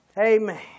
Amen